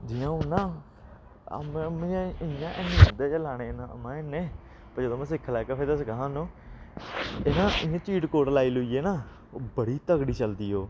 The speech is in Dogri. जि'यां हून ना में इ'यां गै लाने न में इन्ने पर जदूं में सिक्खा लैगा फिर दस्सगा थुआनू इ'यां इ'यां चीड़कोड़ लाई लुइयै ना ओह् बड़ी तगड़ी चलदी ओह्